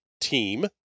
team